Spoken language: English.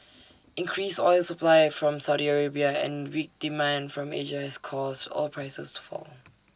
increased oil supply from Saudi Arabia and weak demand from Asia has caused oil prices to fall